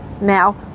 Now